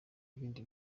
ibindi